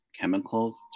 chemicals